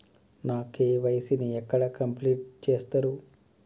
నా కే.వై.సీ ని ఎక్కడ కంప్లీట్ చేస్తరు?